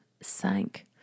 sank